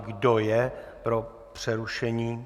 Kdo je pro přerušení?